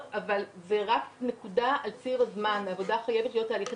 אבל בעוד תקופה אפשר לראות את האופק והדברים